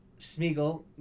Smeagol